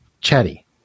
chatty